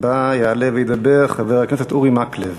הבא שיעלה וידבר הוא חבר הכנסת אורי מקלב.